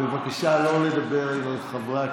בבקשה לא לדבר עם חברי הכנסת,